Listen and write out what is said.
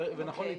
ונכון להתקדם.